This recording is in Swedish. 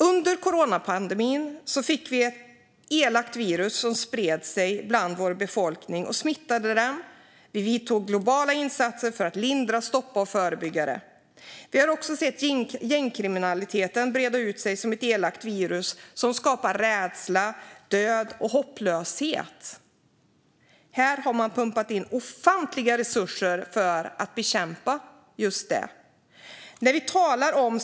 Under coronapandemin fick vi ett elakt virus som spred sig bland vår befolkning och smittade den, och vi vidtog globala insatser för att lindra, stoppa och förebygga det. Vi har också sett gängkriminaliteten breda ut sig som ett elakt virus som skapar rädsla, död och hopplöshet, och man har pumpat in ofantliga resurser för att bekämpa detta.